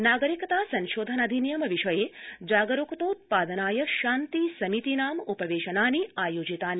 नागरिकता संशोधनाधिनियम विषये जागरूकतोत्पादनाय शान्ति समितीनाम् उपवेशनानि आयोजितानि